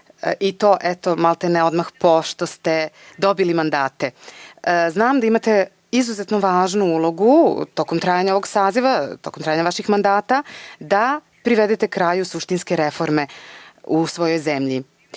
i to, eto, maltene odmah pošto ste dobili mandate. Znam da imate izuzetno važnu ulogu tokom trajanja ovog saziva, tokom trajanja vaših mandata, da privedete kraju suštinske reforme u svojoj zemlji.